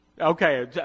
Okay